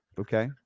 Okay